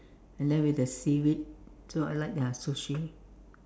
and then with the seaweed so I like their sushi